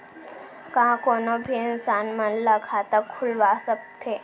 का कोनो भी इंसान मन ला खाता खुलवा सकथे?